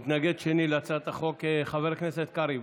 מתנגד שני להצעת החוק, חבר הכנסת קרעי,